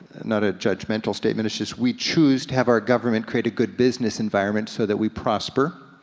not a judgemental statement, it's just we choose to have our government create a good business environment so that we prosper.